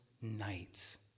nights